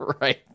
Right